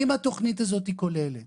אם התוכנית הזאת כוללת